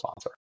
sponsor